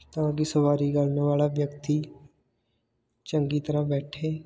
ਤਾਂ ਕਿ ਸਵਾਰੀ ਕਰਨ ਵਾਲਾ ਵਿਅਕਤੀ ਚੰਗੀ ਤਰ੍ਹਾਂ ਬੈਠੇ